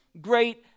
great